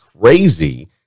crazy